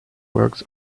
works